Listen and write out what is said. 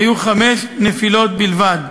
היו חמש נפילות בלבד.